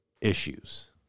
issues